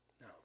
No